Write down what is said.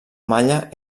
malla